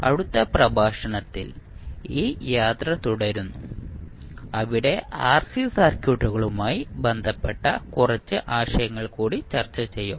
അടുത്ത പ്രഭാഷണത്തിൽ ഈ യാത്ര തുടരുന്നു അവിടെ ആർസി സർക്യൂട്ടുകളുമായി ബന്ധപ്പെട്ട കുറച്ച് ആശയങ്ങൾ കൂടി ചർച്ച ചെയ്യും